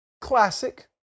classic